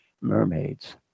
Mermaids